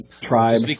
Tribe